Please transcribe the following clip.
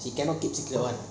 she cannot keep still one